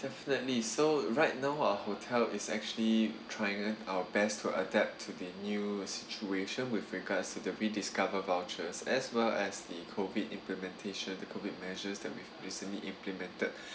definitely so right now our hotel is actually trying our best to adapt to the new situation with regards to the V discover vouchers as well as the COVID implementation the COVID measures that we've recently implemented